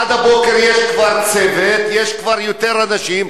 עד הבוקר יש כבר צוות, יש כבר יותר אנשים.